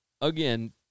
again